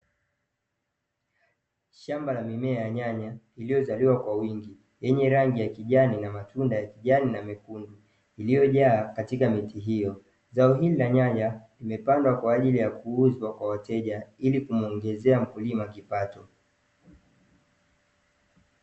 Shamba la mimea ya nyanya iliyozaliwa kwa wingi, yenye rangi ya kijani na matunda ya kijani na mekundu, iliyojaa katika miti hiyo. Zao hili la nyanya limepandwa kwa ajili ya kuuzwa kwa wateja ili kumuongezea mkulima kipato.